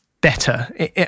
better